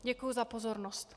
Děkuji za pozornost.